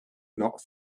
not